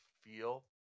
feel